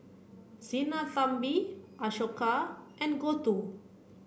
Sinnathamby Ashoka and Gouthu